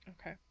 Okay